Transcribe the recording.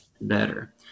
better